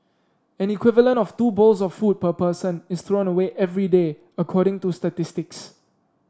an equivalent of two bowls of food per person is thrown away every day according to statistics